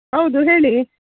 ಹೌದು ಹೇಳಿ